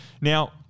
Now